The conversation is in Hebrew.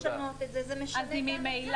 במידה ונחליט לשנות את זה אז זה משנה את המצב.